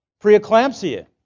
Preeclampsia